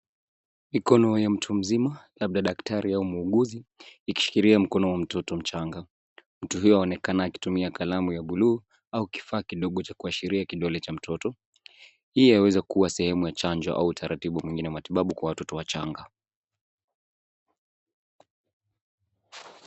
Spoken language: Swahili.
Mikono ya mtu mzima labda daktari au muuguzi ikishikilia mikono ya mtoto mchanga. Mtu huyo anaonekana akitumia kalamu ya bluu au kifaa kidogo cha kuashiria kidole cha mtoto. Hii inaweza kuwa sehemu ya chanjo au utaratibu mwingine wa matibabu kwa watoto wachanga.